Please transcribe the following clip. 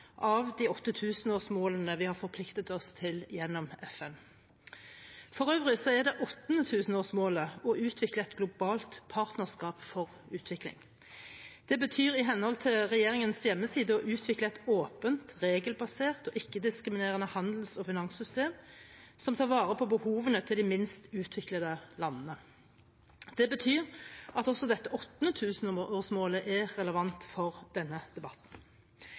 av de åtte tusenårsmålene vi har forpliktet oss til gjennom FN. For øvrig er det åttende tusenårsmålet å utvikle et globalt partnerskap for utvikling. Det betyr i henhold til regjeringens hjemmeside å utvikle et åpent, regelbasert og ikke-diskriminerende handels- og finanssystem som tar vare på behovene til de minst utviklede landene. Det betyr at også dette åttende tusenårsmålet er relevant for denne debatten.